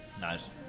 Nice